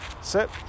Sit